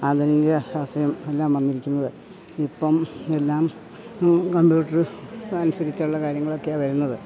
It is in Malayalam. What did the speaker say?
ആധുനിക അത്രയും എല്ലാം വന്നിരിക്കുന്നത് ഇപ്പം എല്ലാം കമ്പ്യൂട്ടറ് അനുസരിച്ചുള്ള കാര്യങ്ങളൊക്കെയാണ് വരുന്നത്